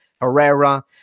Herrera